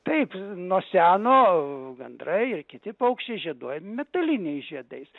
taip nuo seno gandrai ir kiti paukščiai žieduojami metaliniais žiedais